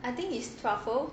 I think it's truffle